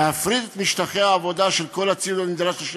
להפריד את משטחי העבודה של כל הציוד הנדרש לשם